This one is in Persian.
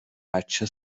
بچه